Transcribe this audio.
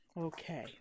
Okay